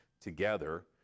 together